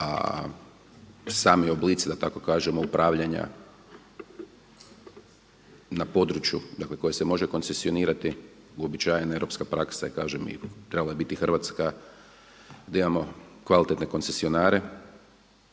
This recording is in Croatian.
a sami oblici da tako kažemo upravljanja na području, dakle koje se može koncesionirati uobičajena je europska praksa kažem, trebala je biti i Hrvatska da imamo kvalitetne koncesionare